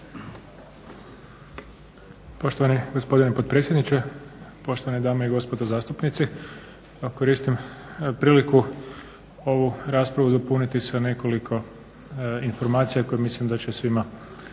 Poštovani gospodine potpredsjedniče, poštovane dame i gospodo zastupnici. Koristim priliku ovu raspravu dopuniti sa nekoliko informacija koje mislim da će svima